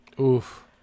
Oof